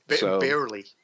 Barely